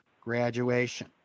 graduation